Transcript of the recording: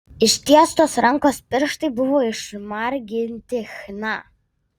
ištiestos rankos pirštai buvo išmarginti chna